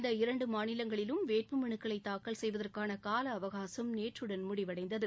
இந்த இரண்டு மாநிலங்களிலும் வேட்புமனுக்களை தாக்கல் செய்வதற்காள கால அவகாசம் நேற்று முடிவடைந்தது